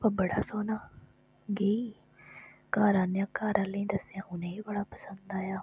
बा बड़ा सौह्ना गेई घर आह्नेआ घर आह्लें दस्सेआ उनेंई बी बड़ा पंसद आया